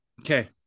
okay